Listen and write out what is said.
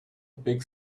big